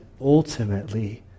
ultimately